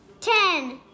Ten